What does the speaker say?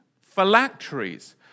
phylacteries